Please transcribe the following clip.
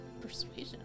Persuasion